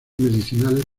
medicinales